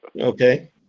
Okay